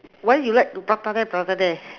why you like to prata there prata there